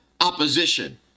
opposition